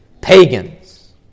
pagans